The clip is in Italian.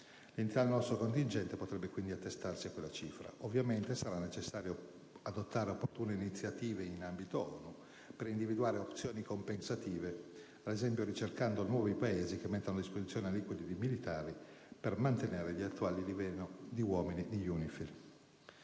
L'entità del nostro contingente potrebbe quindi attestarsi su quella cifra. Ovviamente sarà necessario adottare opportune iniziative in ambito ONU per individuare opzioni compensative, ad esempio ricercando nuovi Paesi che mettano a disposizione aliquote di militari per mantenere gli attuali livelli di uomini in UNIFIL.